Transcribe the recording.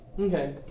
Okay